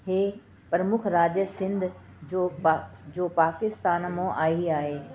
हीअ प्रमुख राॼ सिंध जो पा जो पाकिस्तान मां आई आहे